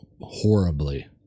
horribly